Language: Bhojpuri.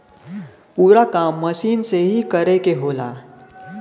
पूरा काम मसीन से ही करे के होला